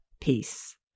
peace